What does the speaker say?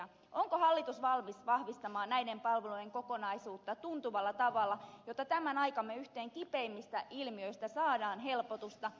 onko hallitus valmis vahvistamaan näiden palvelujen kokonaisuutta tuntuvalla tavalla jotta tähän aikamme yhteen kipeimmistä ilmiöistä saadaan helpotusta